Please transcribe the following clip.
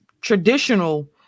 traditional